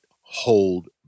hold